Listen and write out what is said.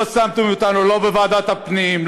לא שמתם אותנו לא בוועדת הפנים,